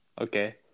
Okay